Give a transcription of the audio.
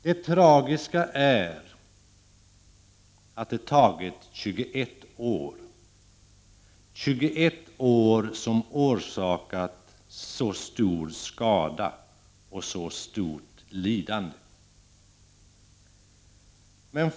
Det tragiska är att det har tagit 21 år — 21 år som har orsakat så stor skada och så stort lidande.